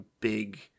big